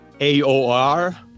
AOR